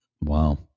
Wow